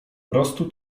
prostu